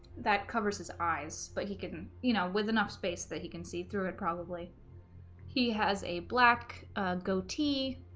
that covers his eyes but he couldn't you know with enough space that he can see through it probably he has a black goatee